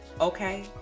Okay